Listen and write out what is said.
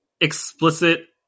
explicit